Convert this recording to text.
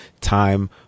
time